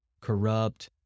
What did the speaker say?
corrupt